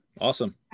Awesome